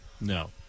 No